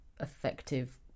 effective